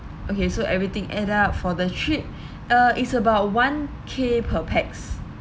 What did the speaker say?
okay so everything add up for the trip uh it's about one K per PAX